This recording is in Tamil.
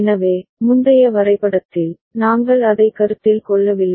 எனவே முந்தைய வரைபடத்தில் நாங்கள் அதை கருத்தில் கொள்ளவில்லை